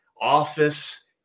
office